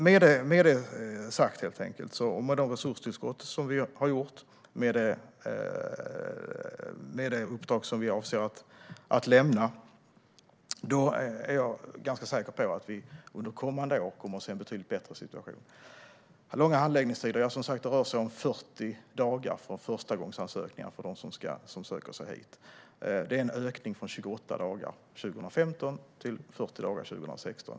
Med det sagt, med de resurstillskott som vi har gjort och med det uppdrag som vi avser att lämna är jag ganska säker på att vi under kommande år får en betydligt bättre situation. När det gäller långa handläggningstider rör det sig om 40 dagar för förstagångsansökningar för dem som söker sig hit. Det är en ökning från 28 dagar för 2015 till 40 dagar för 2016.